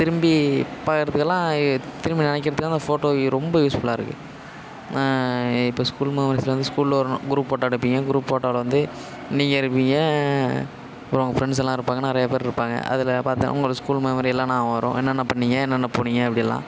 திரும்பி திரும்பி நினைக்கிறத்துக்கு அந்த ஃபோட்டோ ரொம்ப யூஸ்ஃபுல்லாக இருக்குது இப்போ ஸ்கூல் மெமரிஸில் வந்து ஸ்கூலில் ஒரு குரூப் ஃபோட்டோ எடுப்பீங்க குரூப் ஃபோட்டோவில் வந்து நீங்கள் இருப்பீங்க அப்பறம் உங்க ஃப்ரெண்ட்ஸ் எல்லாம் இருப்பாங்க நிறைய பேர் இருப்பாங்க அதில் பார்த்தா உங்க ஸ்கூல் மெமரியிலாம் ஞாபகம் வரும் என்னென்ன பண்ணுணீங்க என்னென்ன போனீங்க அப்படிலாம்